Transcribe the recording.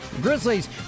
Grizzlies